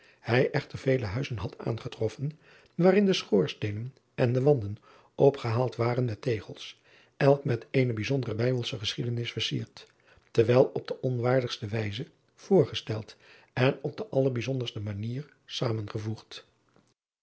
hij echter vele huizen had aangetroffen waarin de schoorsteenen en de wanden opgehaald waren met tegels elk met eene bijzondere bijbelsche geschiedenis versierd dikwijl op de onwaardigste wijze voorgesteld en op de allerbijzonderste manier zamengevoegd